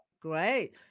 great